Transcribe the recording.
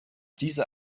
diese